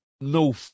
no